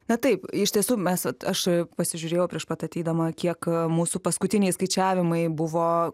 na taip iš tiesų mes t aš pasižiūrėjau prieš pat ateidama kiek mūsų paskutiniai skaičiavimai buvo